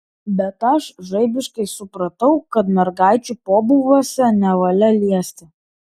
bet aš žaibiškai supratau kad mergaičių pobūviuose nevalia liesti